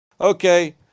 okay